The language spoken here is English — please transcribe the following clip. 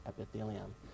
epithelium